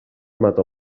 mata